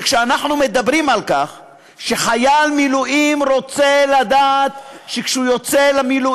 ואתה צריך להבין שאי-אפשר להתעלם מהיהודים